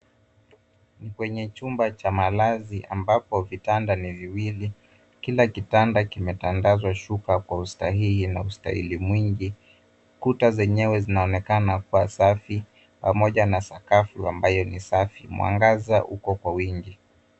Kwenye chumba cha malazi ambapo vitanda ni viwili. Kila kitanda kimetandazwa shuka kwa ustahihi na ustahili mwingi. Kuta zenyewe zinaonekana kuwa safi pamoja na sakafu ambayo ni safi. Mwangaza uko kwa wingi.